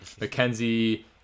Mackenzie